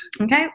Okay